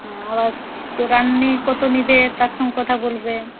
হ্যাঁ আবার কত নেবে তার সঙ্গে কথা বলবে